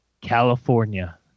California